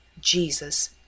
JESUS